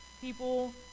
people